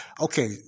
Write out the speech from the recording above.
Okay